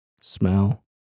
smell